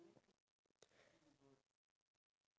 oh ya (uh huh)